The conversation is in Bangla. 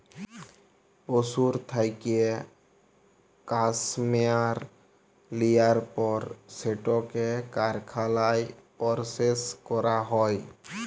পশুর থ্যাইকে ক্যাসমেয়ার লিয়ার পর সেটকে কারখালায় পরসেস ক্যরা হ্যয়